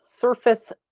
surface